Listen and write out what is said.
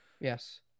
Yes